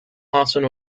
austin